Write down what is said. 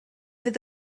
fydd